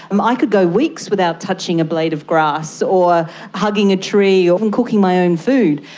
um i could go weeks without touching a blade of grass or hugging a tree or cooking my own food.